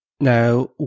now